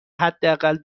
حداقل